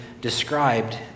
described